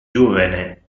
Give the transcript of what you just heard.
juvene